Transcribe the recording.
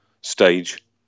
stage